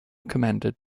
commanded